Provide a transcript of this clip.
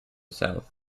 south